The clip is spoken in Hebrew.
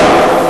סליחה?